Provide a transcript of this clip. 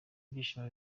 ibyishimo